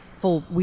full